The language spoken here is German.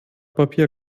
papier